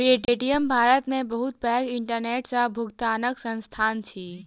Paytm Bharat के बहुत पैघ इंटरनेट सॅ भुगतनाक संस्थान अछि